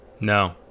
No